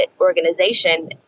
organization